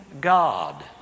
God